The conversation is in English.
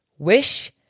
Wish